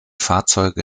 fahrzeuge